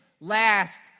last